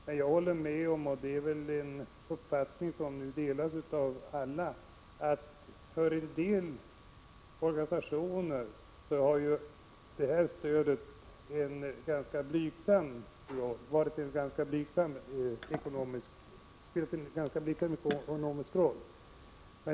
Men jag håller med om — och det är väl en uppfattning som delas av alla — att stödet för en del organisationer har haft en ganska blygsam roll ekonomiskt.